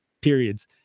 periods